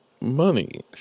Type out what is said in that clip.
money